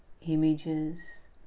images